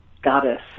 Goddess